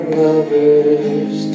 lovers